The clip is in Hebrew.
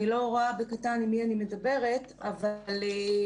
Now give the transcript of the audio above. אני לא רואה בקטן עם מי אני מדברת אבל הביקורת